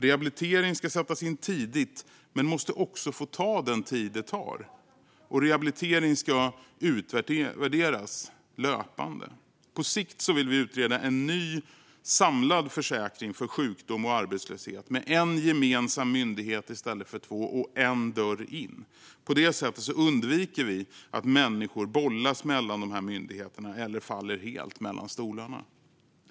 Rehabilitering ska sättas in tidigt men måste också få ta den tid det tar. Rehabiliteringen ska också utvärderas löpande. På sikt vill vi utreda ett en ny, samlad försäkring för sjukdom och arbetslöshet med en gemensam myndighet i stället för två och med en dörr in. På det sättet undviker vi att människor bollas mellan de här myndigheterna eller faller helt mellan stolarna.